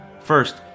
First